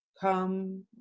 come